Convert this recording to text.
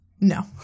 no